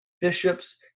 Bishops